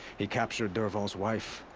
he captured dervahl's wife.